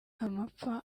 amapfa